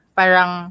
parang